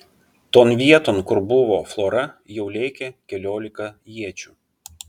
ton vieton kur buvo flora jau lėkė keliolika iečių